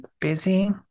busy